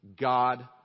God